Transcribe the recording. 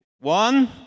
one